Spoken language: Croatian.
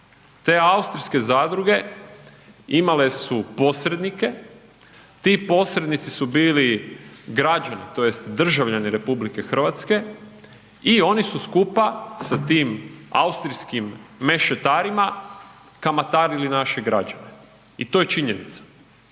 Te austrijske zadruge imale su posrednike, ti posrednici su bili građani tj. državljani RH i oni su skupa sa tim austrijskim mešetarima kamatarili naše građane i to je činjenica,